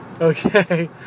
Okay